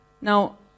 Now